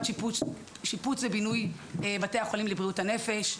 שיפוץ ובינוי בתי החולים לבריאות הנפש.